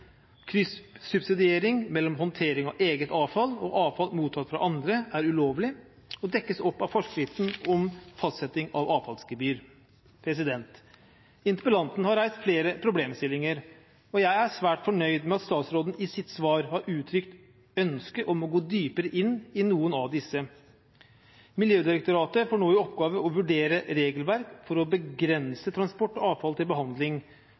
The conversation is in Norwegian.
Kryssubsidiering mellom håndtering av eget avfall og avfall mottatt fra andre, er ulovlig og dekkes opp av forskriften om fastsetting av avfallsgebyr. Interpellanten har reist flere problemstillinger, og jeg er svært fornøyd med at statsråden i sitt svar har uttrykt ønske om å gå dypere inn i noen av disse. Miljødirektoratet får nå i oppgave å vurdere regelverk for å begrense transport av avfall til behandling,